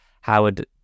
Howard